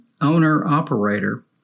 owner-operator